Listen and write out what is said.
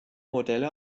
modelle